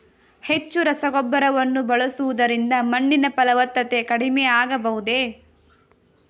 ಹೆಚ್ಚು ರಸಗೊಬ್ಬರವನ್ನು ಬಳಸುವುದರಿಂದ ಮಣ್ಣಿನ ಫಲವತ್ತತೆ ಕಡಿಮೆ ಆಗಬಹುದೇ?